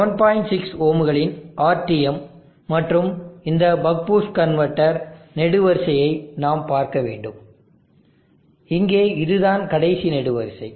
6 ஓம்களின் RTM மற்றும் இந்த பக் பூஸ்ட் கன்வெர்ட்டர் நெடுவரிசையை நாம் பார்க்க வேண்டும் இங்கே இதுதான் கடைசி நெடுவரிசை